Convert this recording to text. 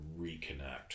reconnect